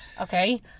Okay